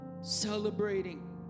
celebrating